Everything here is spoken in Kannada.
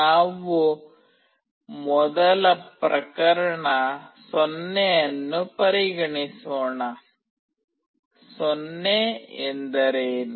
ನಾವು ಮೊದಲು ಪ್ರಕರಣ 0 ಅನ್ನು ಪರಿಗಣಿಸೋಣ 0 ಎಂದರೇನು